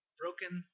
broken